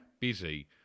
busy